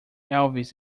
elvis